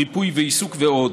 ריפוי בעיסוק ועוד.